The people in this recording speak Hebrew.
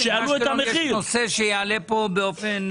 באשקלון יש נושא שיעלה פה באופן